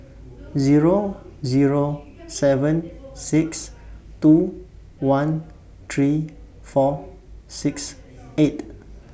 Zero Zero seven six two one three four six eight